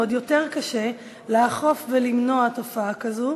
ועוד יותר קשה לאכוף ולמנוע תופעה כזאת